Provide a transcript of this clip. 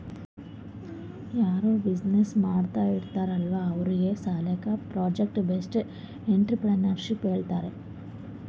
ಯಾರೂ ಬಿಸಿನ್ನೆಸ್ ಮಾಡೋರ್ ಇರ್ತಾರ್ ಅಲ್ಲಾ ಅವ್ರಿಗ್ ಸಾಲ್ಯಾಕೆ ಪ್ರೊಜೆಕ್ಟ್ ಬೇಸ್ಡ್ ಎಂಟ್ರರ್ಪ್ರಿನರ್ಶಿಪ್ ಹೇಳ್ತಾರ್